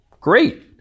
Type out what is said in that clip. great